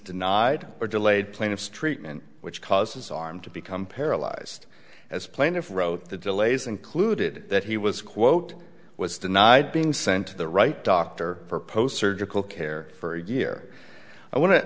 denied or delayed plaintiffs treatment which causes harm to become paralyzed as plaintiff wrote the delays included that he was quote was denied being sent to the right doctor for post surgical care for a year i want